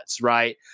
right